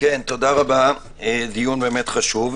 תודה רבה, דיון באמת חשוב.